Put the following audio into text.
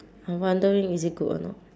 I'm wondering is it good or not